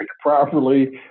properly